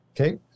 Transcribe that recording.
Okay